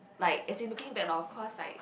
like as in looking it back lor of course like